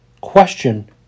Question